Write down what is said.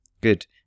Good